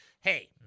Hey